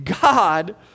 God